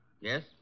Yes